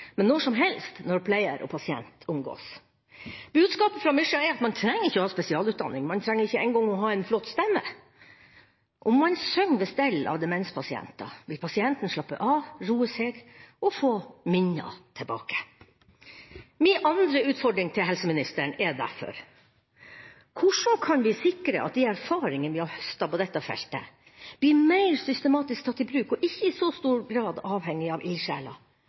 men når som helst, når pleier og pasient omgås. Budskapet fra Myskja er at man ikke trenger å ha spesialutdanning. Man trenger ikke engang å ha en flott stemme. Om man synger ved stell av demenspasienter, vil pasienten slappe av, roe seg og få minner tilbake. Min andre utfordring til helseministeren er derfor: Hvordan kan vi sikre at de erfaringene vi har høstet på dette feltet, blir mer systematisk tatt i bruk, og ikke i så stor grad er avhengig av